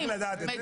כן, כן,